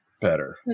better